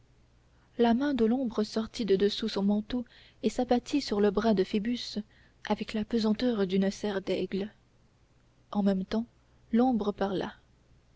la main de l'ombre sortit de dessous son manteau et s'abattit sur le bras de phoebus avec la pesanteur d'une serre d'aigle en même temps l'ombre parla